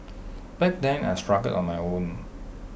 back then I struggled on my own